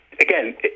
Again